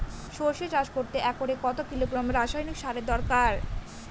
সরষে চাষ করতে একরে কত কিলোগ্রাম রাসায়নি সারের দরকার?